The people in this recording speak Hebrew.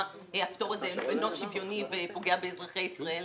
שהפטור הזה אינו שוויוני ופוגע באזרחי ישראל,